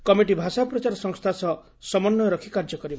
committee ଭାଷା ପ୍ରଚାର ସଂସ୍ଥା ସହ ସମନ୍ୱୟ ରଖି କାର୍ଯ୍ୟ କରିବ